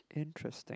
interesting